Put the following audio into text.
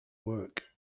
work